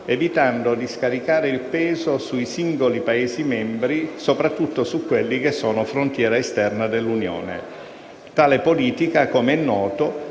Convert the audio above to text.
evitando di scaricare il peso sui singoli Paesi membri, soprattutto su quelli che sono frontiera esterna dell'Unione. Tale politica - come è noto